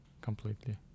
completely